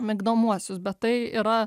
migdomuosius bet tai yra